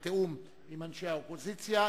בתיאום עם אנשי האופוזיציה,